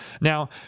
now